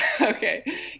Okay